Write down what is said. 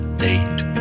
late